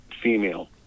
female